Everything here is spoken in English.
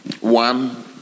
One